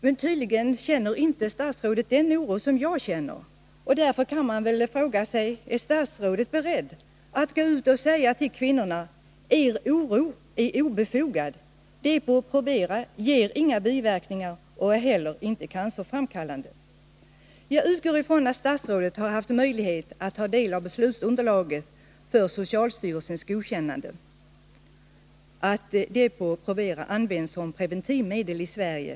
Men tydligen delar inte statsrådet denna oro. Därför vill jag fråga: Är statsrådet beredd att gå ut och säga till kvinnorna: Er oro är obefogad, Depo-Provera ger inga biverkningar och är heller inte cancerframkallande? Jag utgår från att statsrådet har haft möjlighet att ta del av beslutsunderlaget för socialstyrelsens godkännande av att Depo-Provera används som preventivmedel i Sverige.